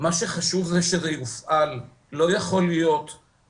למצב חירום שיבוא עלינו מכל סיבה